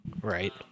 Right